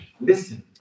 listen